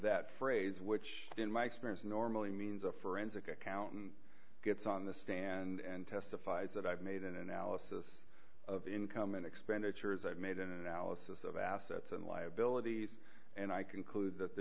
that phrase which in my experience normally means a forensic accountant gets on the stand and testifies that i've made an analysis of income and expenditures i've made an analysis of assets and liabilities and i conclude th